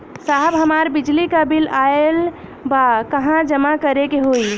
साहब हमार बिजली क बिल ऑयल बा कहाँ जमा करेके होइ?